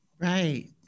Right